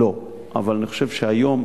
לא, אבל אני חושב שהיום,